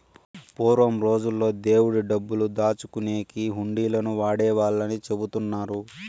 పూర్వం రోజుల్లో దేవుడి డబ్బులు దాచుకునేకి హుండీలను వాడేవాళ్ళని చెబుతున్నారు